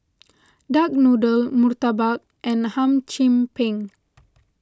Duck Noodl Murtabak and Hum Chim Peng